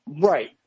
Right